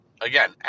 again